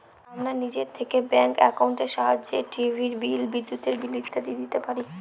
আমরা নিজে থেকে ব্যাঙ্ক একাউন্টের সাহায্যে টিভির বিল, বিদ্যুতের বিল ইত্যাদি দিতে পারি